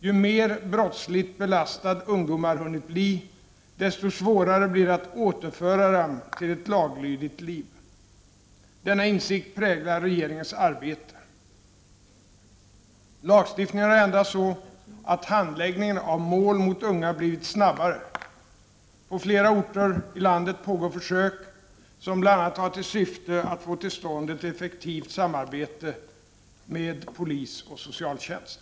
Ju mer brottsligt belastade ungdomar hunnit bli, desto svårare blir det att återföra dem till ett laglydigt liv. Denna insikt präglar regeringens arbete. Lagstiftningen har ändrats så att handläggningen av mål mot unga blivit snabbare. På flera orter i landet pågår försök som bl.a. har till syfte att få till stånd ett effektivt samarbete mellan polis och socialtjänst.